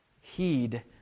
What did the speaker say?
heed